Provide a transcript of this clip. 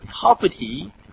poverty